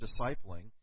discipling